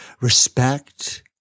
respect